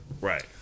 Right